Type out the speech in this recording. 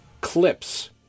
clips